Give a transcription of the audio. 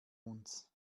uns